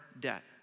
debt